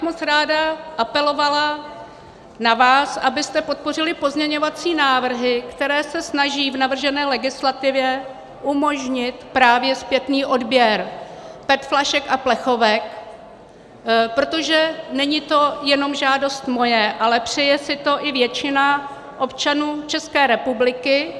Moc ráda bych apelovala na vás, abyste podpořili pozměňovací návrhy, které se snaží v navržené legislativě umožnit právě zpětný odběr PET flašek a plechovek, protože to není jenom žádost moje, ale přeje si to i většina občanů České republiky.